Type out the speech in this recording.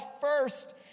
first